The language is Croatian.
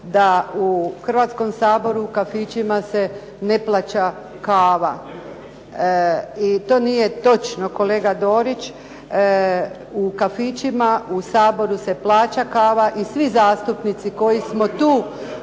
da u Hrvatskom saboru u kafićima se ne plaća kava. I to nije točno kolega Dorić. U kafićima, u Saboru se plaća kava i svi zastupnici koji smo tu